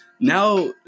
now